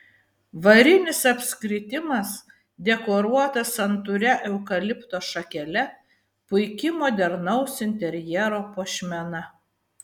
varinis apskritimas dekoruotas santūria eukalipto šakele puiki modernaus interjero puošmena